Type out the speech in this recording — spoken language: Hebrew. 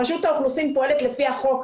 רשות האוכלוסין פועלת לפי החוק.